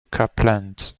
copland